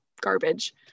garbage